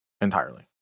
entirely